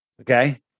Okay